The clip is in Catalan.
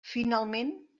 finalment